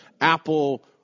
apple